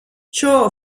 ciò